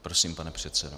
Prosím, pane předsedo.